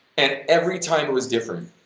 and every time it was different,